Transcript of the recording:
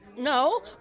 No